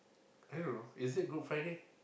I don't know is it Good Friday